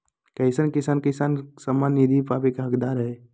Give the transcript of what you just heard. कईसन किसान किसान सम्मान निधि पावे के हकदार हय?